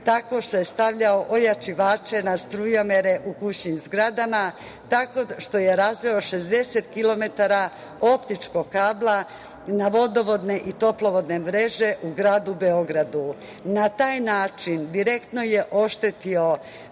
tako što je stavljao ojačivače na strujomere u kućnim zgradama, tako što je razveo 60 km optičkog kabla na vodovodne i toplovodne mreže u gradu Beogradu. Na taj način direktno je oštetio